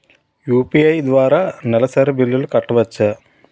UPI ద్వారా నెలసరి బిల్లులు కట్టవచ్చా?